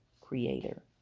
creator